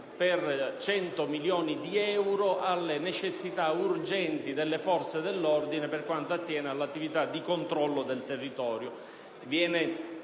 per 100 milioni di euro, alle necessità urgenti delle forze dell'ordine per quanto attiene all'attività di controllo del territorio.